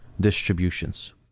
distributions